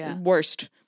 worst